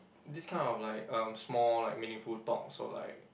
this kind of like uh small like meaningful talks or like